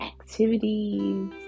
activities